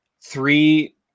three